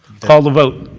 call the vote.